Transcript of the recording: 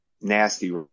nasty